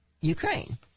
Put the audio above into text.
Ukraine